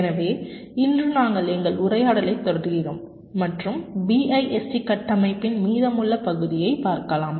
எனவே இன்று நாங்கள் எங்கள் உரையாடலை தொடர்கிறோம் மற்றும் BIST கட்டமைப்பின் மீதமுள்ள பகுதியைப் பார்க்கலாம்